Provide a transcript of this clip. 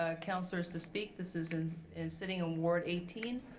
ah councillors to speak? this is is and setting in ward eighteen.